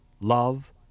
Love